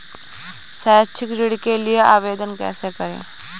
शैक्षिक ऋण के लिए आवेदन कैसे करें?